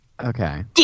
Okay